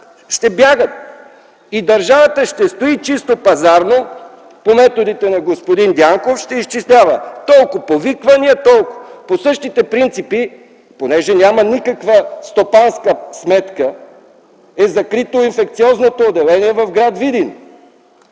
Ще бягат и държавата ще стои чисто пазарно и по методите на господин Дянков ще изчислява: толкова повиквания, толкова други неща. По същите принципи, понеже няма никаква стопанска сметка, е закрито инфекциозното отделение в гр. Видин.